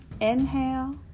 Inhale